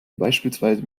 beispielsweise